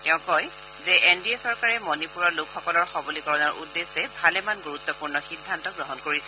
তেওঁ কয় যে এন ডি এ চৰকাৰে মণিপুৰৰ লোকসকলৰ সৱলীকৰণৰ উদ্দেশ্যে ভালেমান গুৰুত্বপূৰ্ণ সিদ্ধান্ত গ্ৰহণ কৰিছে